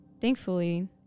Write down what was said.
Thankfully